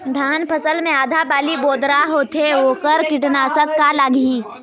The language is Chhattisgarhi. धान फसल मे आधा बाली बोदरा होथे वोकर कीटनाशक का लागिही?